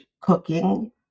cooking